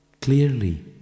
Clearly